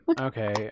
okay